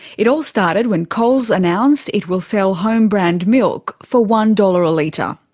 it all started when coles announced it will sell home-brand milk for one dollars a litre.